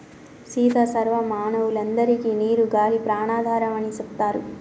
సీత సర్వ మానవులందరికే నీరు గాలి ప్రాణాధారం అని సెప్తారు